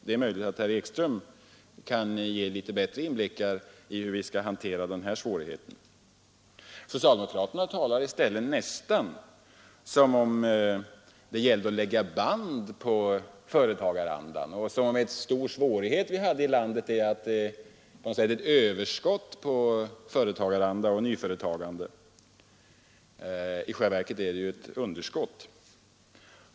Det är möjligt att herr Ekström kan ge litet bättre inblick i hur vi skall hantera denna svårighet. Socialdemokraterna talar i stället nästan som om det gällde att lägga band på nyföretagandet, som om vi hade ett stort överskott på nyföretagande och som om detta vore en stor svårighet vi hade här i landet. I själva verket har vi ett underskott.